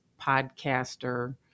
podcaster